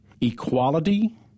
equality